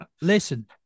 listen